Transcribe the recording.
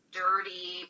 dirty